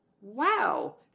wow